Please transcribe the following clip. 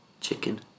chicken